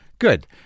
good